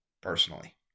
personally